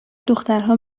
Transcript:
دخترها